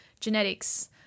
genetics